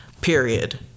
Period